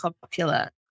popular